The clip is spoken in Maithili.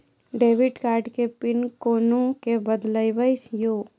डेबिट कार्ड के पिन कोना के बदलबै यो?